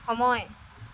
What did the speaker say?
সময়